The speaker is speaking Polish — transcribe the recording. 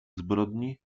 zbrodni